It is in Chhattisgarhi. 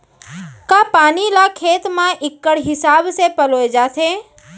का पानी ला खेत म इक्कड़ हिसाब से पलोय जाथे?